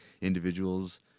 individuals